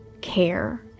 care